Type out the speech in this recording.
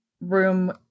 room